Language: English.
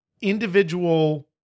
individual